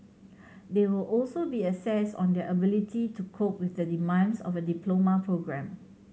they will also be assessed on their ability to cope with the demands of the diploma programme